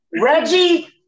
Reggie